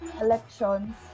elections